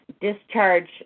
discharge